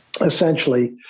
essentially